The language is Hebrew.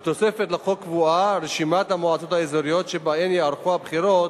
בתוספת לחוק קבועה רשימת המועצות האזורית שבהן ייערכו הבחירות